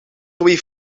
twee